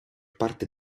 parte